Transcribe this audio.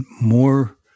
more